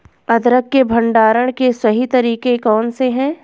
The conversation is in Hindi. अदरक के भंडारण के सही तरीके कौन से हैं?